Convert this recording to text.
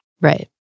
Right